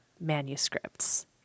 manuscripts